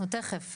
אנחנו תיכף.